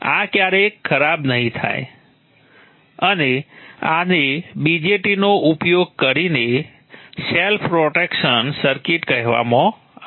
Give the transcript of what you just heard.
આ ક્યારેય ખરાબ નહીં થાય અને આને BJT નો ઉપયોગ કરીને સેલ્ફ પ્રોટેક્શન સર્કિટ કહેવામાં આવે છે